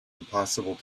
impossible